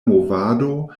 movado